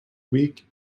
week